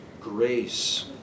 grace